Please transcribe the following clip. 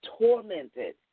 tormented